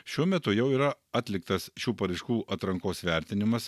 šiuo metu jau yra atliktas šių paraiškų atrankos vertinimas